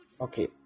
okay